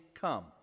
Come